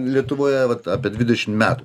lietuvoje vat apie dvidešimt metų